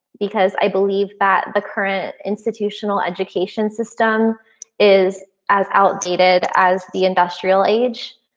because i believe that the current institutional education system is as outdated as the industrial age,